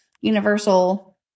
universal